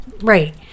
right